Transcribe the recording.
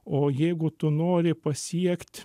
o jeigu tu nori pasiekt